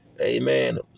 Amen